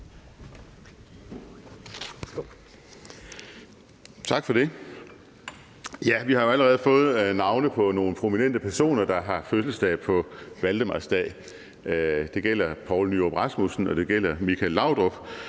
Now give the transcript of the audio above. Tak for det. Vi har jo allerede fået navne på nogle prominente personer, der har fødselsdag på valdemarsdag. Det gælder Poul Nyrup Rasmussen, og det gælder Michael Laudrup,